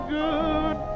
good